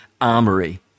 armory